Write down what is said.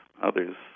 others